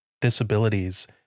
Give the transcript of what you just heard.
disabilities